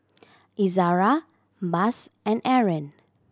Izzara Mas and Aaron